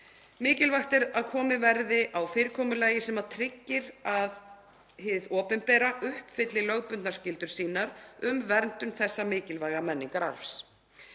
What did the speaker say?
Mikilvægt er að komið verði á fyrirkomulagi sem tryggir að hið opinbera uppfylli lögbundnar skyldur sínar um verndun þessa mikilvæga menningararfs.